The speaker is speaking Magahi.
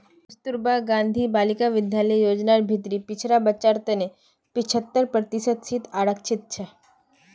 कस्तूरबा गांधी बालिका विद्यालय योजनार भीतरी पिछड़ा बच्चार तने पिछत्तर प्रतिशत सीट आरक्षित छे